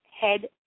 Head